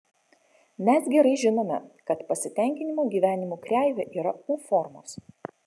mes gerai žinome kad pasitenkinimo gyvenimu kreivė yra u formos